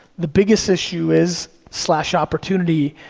the biggest issue is, slash opportunity,